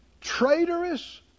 traitorous